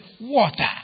Water